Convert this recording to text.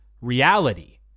reality